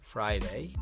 Friday